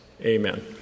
amen